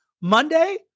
Monday